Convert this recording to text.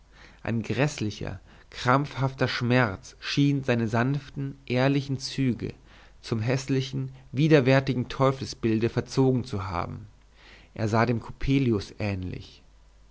ein gräßlicher krampfhafter schmerz schien seine sanften ehrlichen züge zum häßlichen widerwärtigen teufelsbilde verzogen zu haben er sah dem coppelius ähnlich